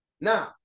Now